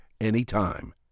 anytime